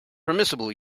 permissible